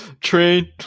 Train